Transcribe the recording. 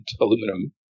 aluminum